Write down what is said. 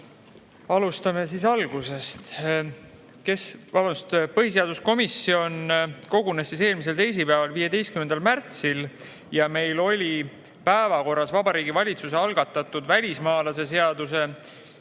Alustame siis algusest. Põhiseaduskomisjon kogunes eelmisel teisipäeval, 15. märtsil ja meil oli päevakorras Vabariigi Valitsuse algatatud välismaalaste seaduse,